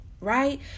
Right